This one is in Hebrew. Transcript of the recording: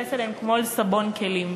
להתייחס אליהם כמו אל סבון כלים.